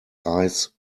ice